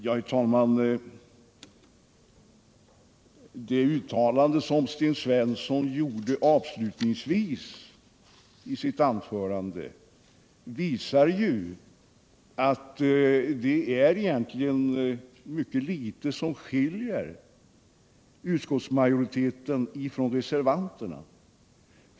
Herr talman! Det uttalande som Sten Svensson gjorde avslutningsvis i sin replik visar ju att det egentligen är ytterst litet som skiljer utskottsmajoriteten från reservanterna.